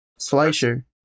Slicer